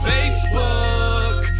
Facebook